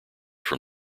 from